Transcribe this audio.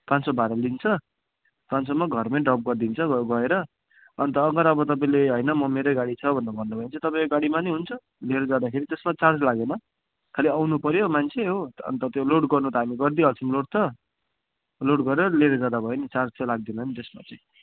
पाँच सौ भाडा लिन्छ पाँच सौमा घरमै ड्रप गरिदिन्छ गएर अन्त अगर अब तपाईँले होइन म मेरै गाडी छ भनेर भन्नुभयो भने चाहिँ त्यो तपाईँको गाडीमा पनि हुन्छ लिएर जाँदाखेरि त्यसमा चार्ज लागेन खाली आउनुपर्यो मान्छे हो अन्त त्यो लोड गर्नु त हामी गरिदिई हाल्छौँ लोड त लोड गरेर लिएर जाँदा भयो नि चार्ज त लाग्दैन नि त्यसमा चाहिँ